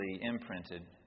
imprinted